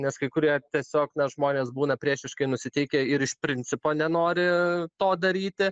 nes kai kurie tiesiog žmonės būna priešiškai nusiteikę ir iš principo nenori to daryti